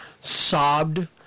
sobbed